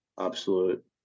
absolute